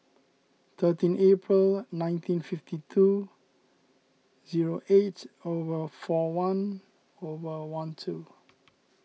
thirteen April nineteen fifty two zero eight hour four one hour one two